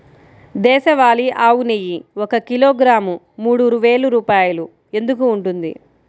దేశవాళీ ఆవు నెయ్యి ఒక కిలోగ్రాము మూడు వేలు రూపాయలు ఎందుకు ఉంటుంది?